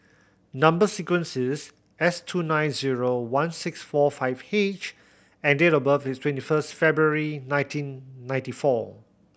number sequence is S two nine zero one six four five H and date of birth is twenty first February nineteen ninety four